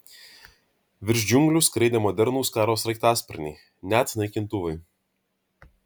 virš džiunglių skraidė modernūs karo sraigtasparniai net naikintuvai